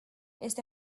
este